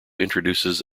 introduces